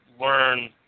learn